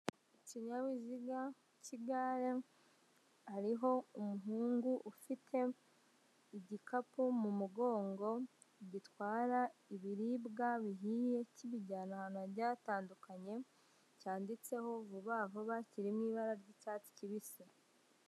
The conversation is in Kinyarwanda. Ikinyabiziga cy'igare hariho umuhungu ufite igikapu mu mugongo gitwara ibiribwa bihiye kibijyana ahantu hagiye hatandukanye cyanditseho vuba vuba kiri mu ibara ry'icyatsi kibisi.